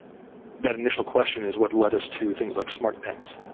that initial question is what led us to things like smartpens,